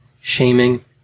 shaming